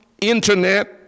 internet